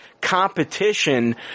competition